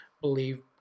believe